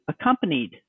accompanied